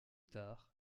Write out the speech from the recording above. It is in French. tard